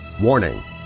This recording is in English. Warning –